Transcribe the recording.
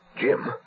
Jim